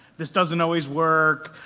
this doesn't always work,